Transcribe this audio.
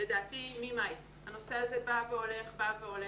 לדעתי ממאי, הנושא הזה בא והולך, בא והולך.